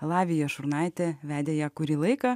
lavija šurnaitė vedė ją kurį laiką